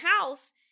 house